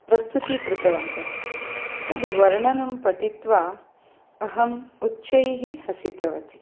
प्रस्तुती कृतवन्तः तद्वर्णनं पठित्वा अहम् उच्चैः हसितवती